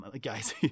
guys